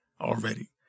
already